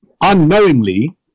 unknowingly